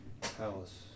palace